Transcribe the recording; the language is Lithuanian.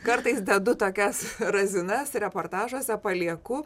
kartais dedu tokias razinas reportažuose palieku